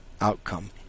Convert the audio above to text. outcome